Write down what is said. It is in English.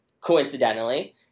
Coincidentally